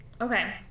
Okay